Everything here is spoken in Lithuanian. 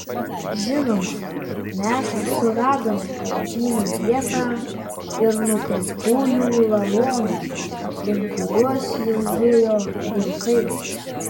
žinoma mes suradome kautynių vietą ir nukautųjų lavonus aplink kuriuos jau zujo vilkai